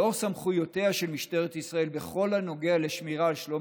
לאור סמכויותיה של משטרת ישראל בכל הנוגע לשמירה על שלום